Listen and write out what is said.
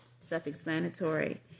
self-explanatory